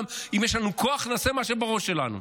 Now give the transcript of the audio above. הוא: אם יש לנו כוח נעשה מה שבראש שלנו.